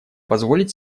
позволить